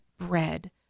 bread